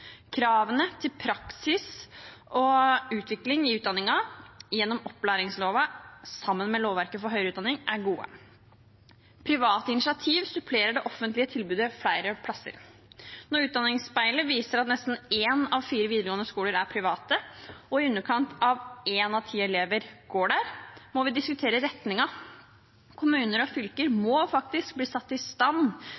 Kravene til praksis og utvikling i utdanningen gjennom opplæringsloven, sammen med lovverket for høyere utdanning, er gode. Private initiativ supplerer det offentlige tilbudet flere steder. Når Utdanningsspeilet viser at nesten én av fire videregående skoler er private og i underkant av én av ti elever går der, må vi diskutere retningen. Kommuner og fylker